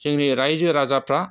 जोंनि रायजो राजाफ्रा